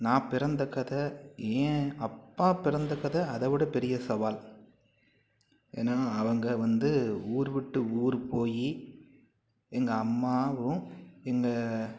நான் பிறந்த கதை என் அப்பா பிறந்த கதை அதைவுட பெரிய சவால் ஏன்னால் அவங்க வந்து ஊர் விட்டு ஊர் போய் எங்கள் அம்மாவும் எங்கள்